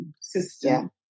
system-